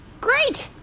Great